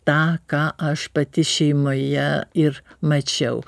tą ką aš pati šeimoje ir mačiau